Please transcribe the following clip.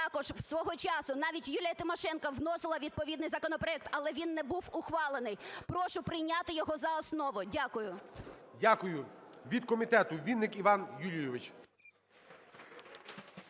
Також свого часу навіть Юлія Тимошенко вносила відповідний законопроект, але він не був ухвалений. Прошу прийняти його за основу. Дякую. ГОЛОВУЮЧИЙ. Дякую. Від комітету Вінник Іван Юрійович.